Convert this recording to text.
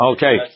Okay